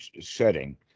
setting